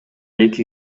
эки